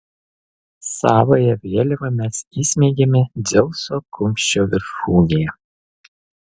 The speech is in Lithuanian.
savąją vėliavą mes įsmeigėme dzeuso kumščio viršūnėje